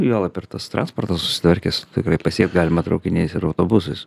juolab ir tas transportas susitvarkęs tikrai pasiekt galima traukiniais ir autobusais